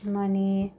money